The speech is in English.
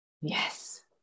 Yes